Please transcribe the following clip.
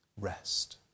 Rest